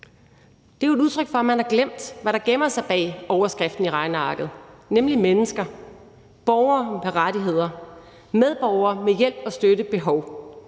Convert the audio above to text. Det er jo et udtryk for, at man har glemt, hvad der gemmer sig bag overskriften i regnearket, nemlig mennesker, borgere med rettigheder, medborgere med hjælp og støtte behov,